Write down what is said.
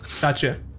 Gotcha